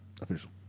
official